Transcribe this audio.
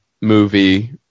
movie